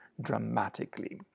dramatically